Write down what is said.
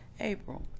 April